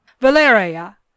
Valeria